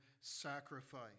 sacrifice